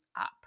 up